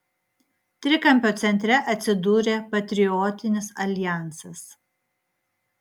trikampio centre atsidūrė patriotinis aljansas